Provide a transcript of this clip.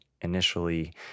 initially